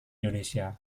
indonesia